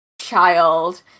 child